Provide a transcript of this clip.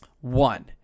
One